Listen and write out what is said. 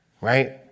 right